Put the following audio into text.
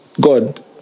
God